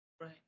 Right